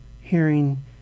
hearing